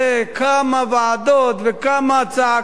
כמה ועדות וכמה צעקות,